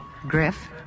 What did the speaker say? Griff